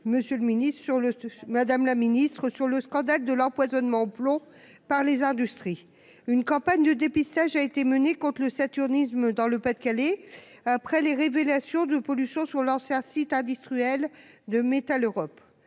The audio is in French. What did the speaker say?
Madame la Ministre, sur le scandale de l'empoisonnement au plomb par les industries, une campagne de dépistage a été menée contre le saturnisme dans le Pas-de-Calais après les révélations de pollution sur l'ancien site industriel de Metaleurop,